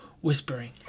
Whispering